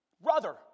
brother